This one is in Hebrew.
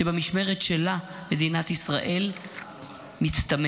שבמשמרת שלה מדינת ישראל מצטמקת.